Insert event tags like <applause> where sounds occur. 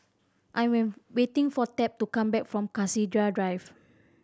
I <unintelligible> waiting for Tab to come back from Cassia Drive